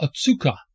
Otsuka